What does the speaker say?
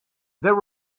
there